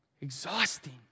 exhausting